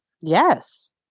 Yes